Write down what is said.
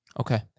Okay